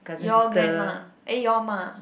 your grandma eh your ma